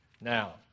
Now